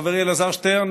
חברי אלעזר שטרן,